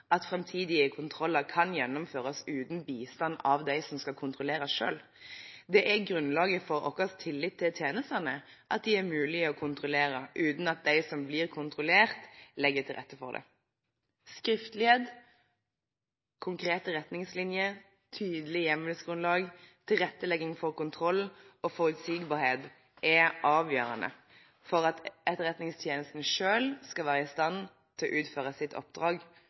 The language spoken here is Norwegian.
at framtidige kontroller kan gjennomføres uten bistand fra de som skal kontrolleres selv. Grunnlaget for vår tillit til tjenestene er at det er mulig å kontrollere dem uten at de som blir kontrollert, legger til rette for det. Skriftlighet, konkrete retningslinjer, tydelig hjemmelsgrunnlag, tilrettelegging for kontroll og forutsigbarhet er avgjørende for at Etterretningstjenesten selv skal være i stand til å utføre sitt oppdrag,